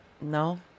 No